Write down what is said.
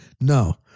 No